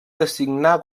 designar